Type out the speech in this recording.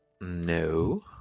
No